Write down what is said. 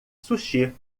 sushi